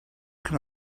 can